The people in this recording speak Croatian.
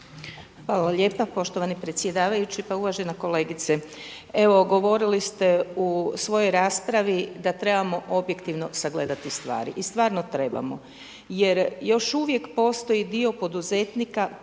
Hvala lijepa poštovani predsjedavajući. Pa uvažena kolegice, evo govorili ste u svojoj raspravi da trebamo objektivno sagledati stvari i stvarno trebamo jer još uvijek postoj dio poduzetnika kojemu